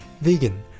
vegan